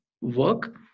work